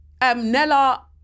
Nella